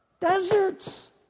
Deserts